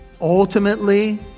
Ultimately